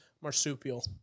marsupial